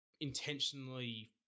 intentionally